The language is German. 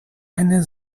eine